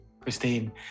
Christine